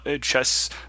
chess